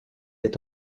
est